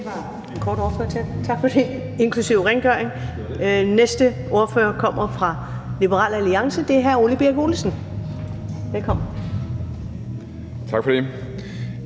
Det var en kort ordførertale. Tak for det – inklusive rengøring. Næste ordfører kommer fra Liberal Alliance, og der er hr. Ole Birk Olesen. Velkommen. Kl.